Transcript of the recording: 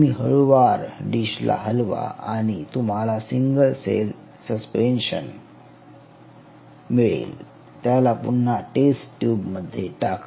तुम्ही हळुवार डिशला हलवा आणि तुम्हाला सिंगल सेल्स पेन्शन मिळेल त्याला पुन्हा टेस्ट ट्युब मध्ये टाका